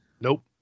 Nope